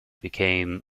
became